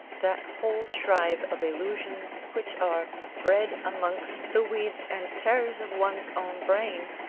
that whole tribe of illusions, which are bred amongst the weeds and tares of one's own brain,